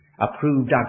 approved